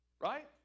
right